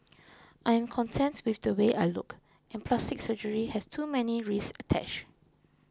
I am content with the way I look and plastic surgery has too many risks attached